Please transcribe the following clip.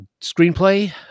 Screenplay